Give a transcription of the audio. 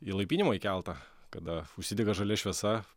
įlaipinimo į keltą kada užsidega žalia šviesa